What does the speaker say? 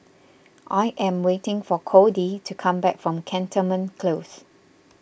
I am waiting for Codie to come back from Cantonment Close